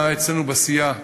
אצלנו בסיעה,